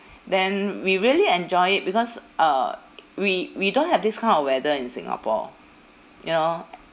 then we really enjoy it because uh we we don't have this kind of weather in singapore you know